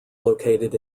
located